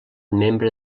membre